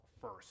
first